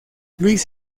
luis